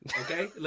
okay